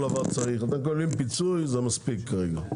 אתם מקבלים פיצוי, זה מספיק כרגע.